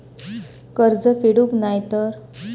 कर्ज फेडूक नाय तर?